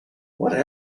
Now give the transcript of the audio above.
what